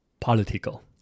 political